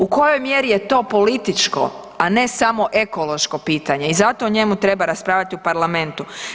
U kojoj mjeri je to političko, a ne samo ekološko pitanje i zato o njemu treba raspravljati u parlamentu.